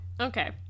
Okay